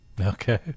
Okay